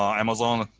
um amazon,